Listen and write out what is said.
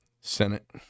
Senate